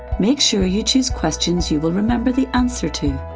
make sure you choose questions you will remember the answer to.